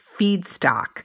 feedstock